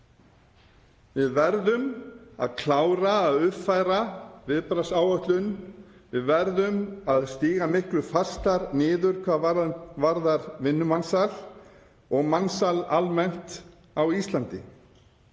Við verðum að klára að uppfæra viðbragðsáætlun. Við verðum að stíga miklu fastar niður hvað varðar vinnumansal og mansal almennt á Íslandi.